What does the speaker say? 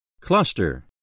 Cluster